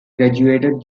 graduated